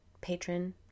patron